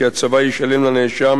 כי הצבא ישלם לנאשם